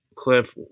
Cliff